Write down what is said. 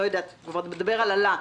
הוא מדבר על עלה.